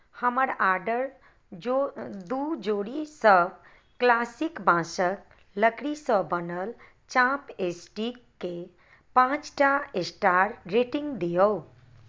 हमर ऑडर दू जोड़ीके क्लासिक बाँसके लकड़ीसँ बनल चॉपस्टिकके पाँचटा स्टार रेटिङ्ग दिऔ